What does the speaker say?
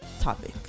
Topic